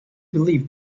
believed